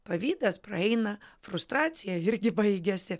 pavydas praeina frustracija irgi baigiasi